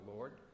Lord